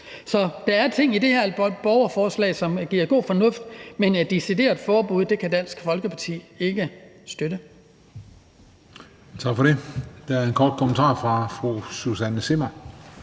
Så der er ting i det her borgerforslag, som der er god fornuft i, men et decideret forbud kan Dansk Folkeparti ikke støtte.